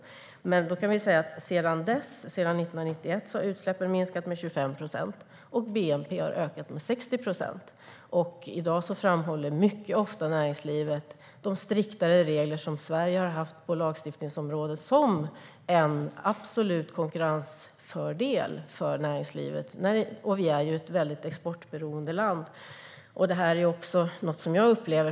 Men sedan dess, 1991, har utsläppen minskat med 25 procent och bnp ökat med 60 procent. I dag framhåller näringslivet mycket ofta de striktare regler som Sverige har haft på lagstiftningsområdet som en absolut konkurrensfördel. Vi är ju ett exportberoende land.